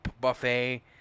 buffet